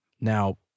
Now